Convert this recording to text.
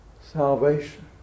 salvation